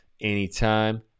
anytime